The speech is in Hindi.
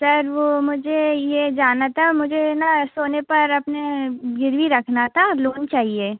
सर वो मुझे ये जानना था मुझे है ना सोने पर अपने गिरवी रखना था लोन चाहिए